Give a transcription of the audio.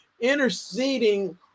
interceding